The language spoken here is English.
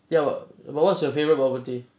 ya but what's your favorite bubble tea